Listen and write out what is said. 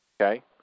okay